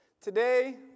Today